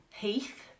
Heath